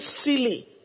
silly